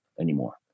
anymore